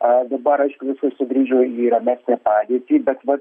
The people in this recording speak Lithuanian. a dabar aišku viskas sugrįžo į ramesnę padėtį bet vat